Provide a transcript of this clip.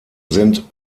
sind